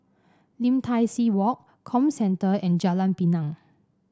Lim Tai See Walk Comcentre and Jalan Pinang